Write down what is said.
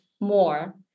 more